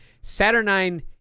Saturnine